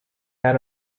had